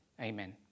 Amen